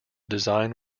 design